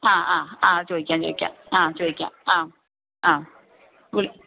ആ ആ ആ ചോദിക്കാം ചോദിക്കാം ആ ചോദിക്കാം ആ ആ